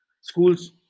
Schools